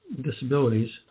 disabilities